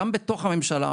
גם בתוך הממשלה,